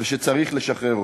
ושצריך לשחרר אותו.